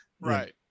right